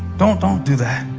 don't don't do that.